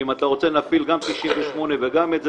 אם אתה רוצה, נפעיל גם 98 וגם את זה.